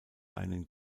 einen